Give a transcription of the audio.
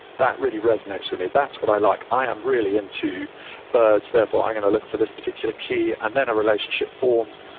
that really resonates for me. that's what i like. i am really into birds, therefore i'm going to look for this particular key, and then a relationship forms.